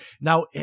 now